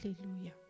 Hallelujah